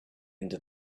into